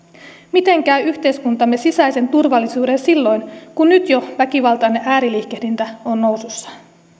miten käy yhteiskuntamme sisäisen turvallisuuden silloin kun jo nyt väkivaltainen ääriliikehdintä on nousussa